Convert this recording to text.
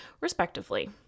respectively